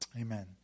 Amen